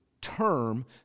term